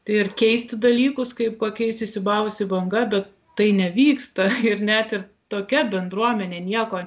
tai ir keisti dalykus kaip kokia įsisiūbavusi banga bet tai nevyksta ir net ir tokia bendruomenė nieko